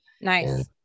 nice